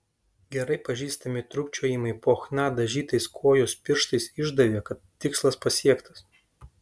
gerai pažįstami trūkčiojimai po chna dažytais kojos pirštais išdavė kad tikslas pasiektas